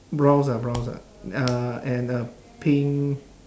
blouse ah blouse ah uh and a pink